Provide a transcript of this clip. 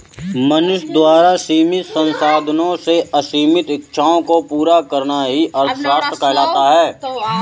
मनुष्य द्वारा सीमित संसाधनों से असीमित इच्छाओं को पूरा करना ही अर्थशास्त्र कहलाता है